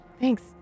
Thanks